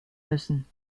müssen